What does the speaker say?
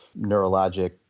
neurologic